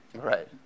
Right